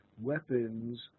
weapons